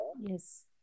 Yes